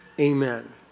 Amen